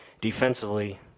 defensively